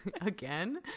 again